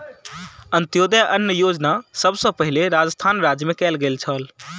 अन्त्योदय अन्न योजना सभ सॅ पहिल राजस्थान राज्य मे कयल गेल छल